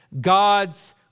God's